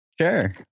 Sure